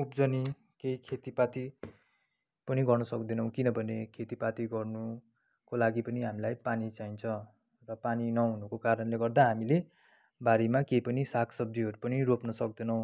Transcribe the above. उब्जनी केही खेतिपाती पनि गर्न सक्दैनौँ किनभने खेतिपाती गर्नुको लागि पनि हामीलाई पानी चाहिन्छ र पानी नहुनुको कारणले गर्दा हामीले बारीमा केइ पनि सागसब्जीहरू पनि रोप्न सक्दैनौँ